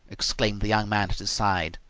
exclaimed the young man at his side.